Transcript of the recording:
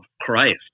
Christ